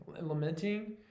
lamenting